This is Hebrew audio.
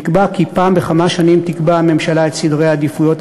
נקבע כי פעם בכמה שנים תקבע הממשלה את סדרי העדיפויות